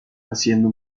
haciendo